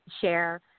share